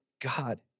God